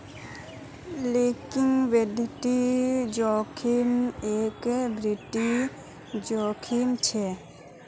liquidity जोखिम एक वित्तिय जोखिम छे